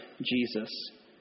Jesus